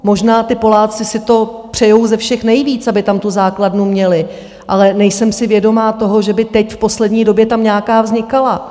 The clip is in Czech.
Možná ti Poláci si to přejí ze všech nejvíc, aby tam tu základnu měli, ale nejsem si vědoma toho, že by teď v poslední době tam nějaká vznikala.